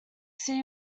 city